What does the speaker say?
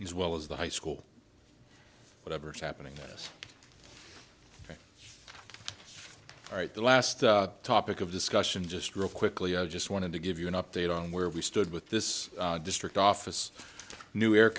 is well as the high school whatever's happening this right the last topic of discussion just real quickly i just wanted to give you an update on where we stood with this district office new air